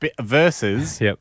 versus